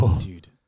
dude